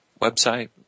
website